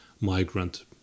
migrant